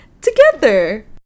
together